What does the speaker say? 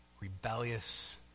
Rebellious